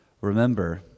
Remember